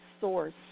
source